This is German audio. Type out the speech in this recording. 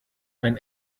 ein